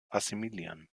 assimilieren